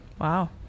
Wow